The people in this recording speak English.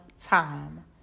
time